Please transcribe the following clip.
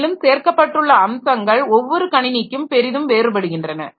மேலும் சேர்க்கப்பட்டுள்ள அம்சங்கள் ஒவ்வாெறு கணினிக்கும் பெரிதும் வேறுபடுகின்றன